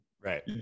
right